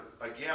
again